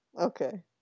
Okay